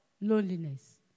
loneliness